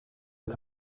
het